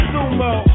Sumo